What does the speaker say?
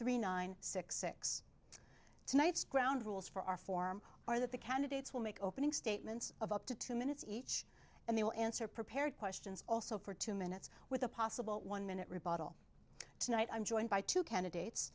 three nine six six tonight's ground rules for our form or that the candidates will make opening statements of up to two minutes each and they will answer prepared questions also for two minutes with a possible one minute rebuttal tonight i'm joined by two candidates